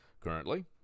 Currently